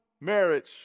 marriage